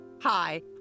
hi